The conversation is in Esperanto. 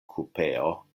kupeo